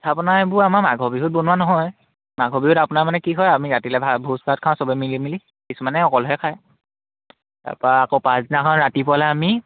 আপোনাৰ এইবোৰ আমাৰ মাঘৰ বিহুত বনোৱা নহয় মাঘ বিহুত আপোনাৰ মানে কি হয় আমি ৰাতিলে ভোজ ভাত খাওঁ চবে মিলি মিলি কিছুমানে অকলহে খায় তাৰপা আকৌ পাঁচদিনাখন ৰাতিপুৱালে আমি